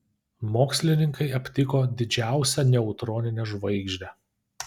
mokslininkai aptiko didžiausią neutroninę žvaigždę